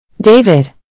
David